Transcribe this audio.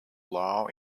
law